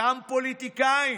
גם פוליטיקאים,